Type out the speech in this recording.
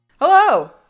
Hello